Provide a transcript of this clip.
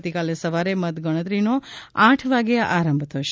આવતીકાલે સવારે મત ગણતરીનો આઠ વાગે આરંભ થશે